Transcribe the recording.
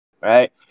Right